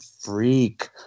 freak